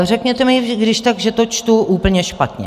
Řekněte mi když tak, že to čtu úplně špatně.